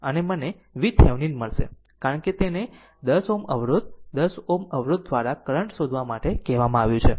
અને મને VThevenin મળશે કારણ કે તેને 10 Ω અવરોધ 10 Ω અવરોધ દ્વારા કરંટ શોધવા માટે કહેવામાં આવ્યું છે